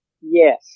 Yes